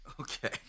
Okay